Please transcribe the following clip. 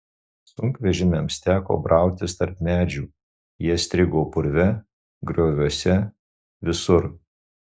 sunkvežimiams teko brautis tarp medžių jie strigo purve grioviuose visur